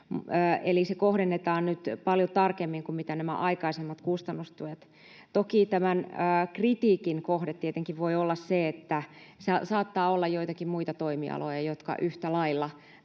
se kohdennetaan nyt paljon tarkemmin kuin mitä nämä aikaisemmat kustannustuet. Toki tämän kritiikin kohde tietenkin voi olla se, että saattaa olla joitakin muita toimialoja, jotka yhtä lailla